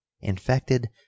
infected